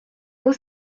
was